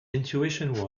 intuition